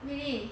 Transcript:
really